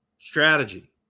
strategy